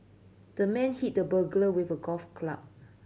the man hit the burglar with a golf club